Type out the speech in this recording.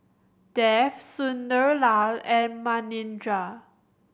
Dev Sunderlal and Manindra